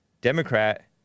Democrat